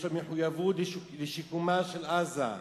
יש לו מחויבות לשיקומה של עזה.